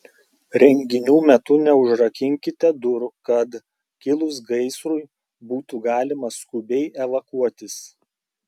renginių metu neužrakinkite durų kad kilus gaisrui būtų galima skubiai evakuotis